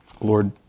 Lord